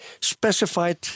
specified